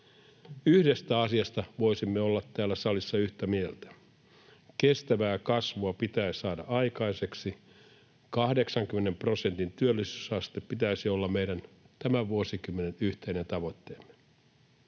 Yhdestä asiasta voisimme olla täällä salissa yhtä mieltä: kestävää kasvua pitää saada aikaiseksi, 80 prosentin työllisyysasteen pitäisi olla meidän tämän vuosikymmenen yhteinen tavoitteemme.